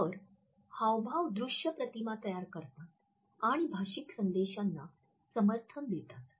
तर हावभाव दृश्य प्रतिमा तयार करतात आणि भाषिक संदेशांना समर्थन देतात